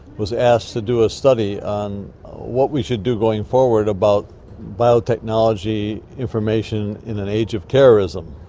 was asked to do a study on what we should do going forward about biotechnology information in an age of terrorism.